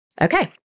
Okay